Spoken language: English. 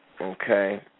okay